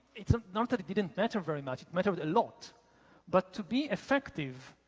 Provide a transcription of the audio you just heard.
it's not that it didn't matter very much, it mattered a lot but to be effective,